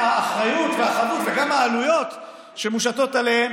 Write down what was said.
האחריות והחבות וגם העלויות שמושתות עליהם